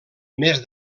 més